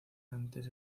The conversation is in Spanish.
antes